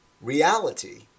Reality